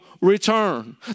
return